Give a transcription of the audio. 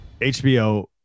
HBO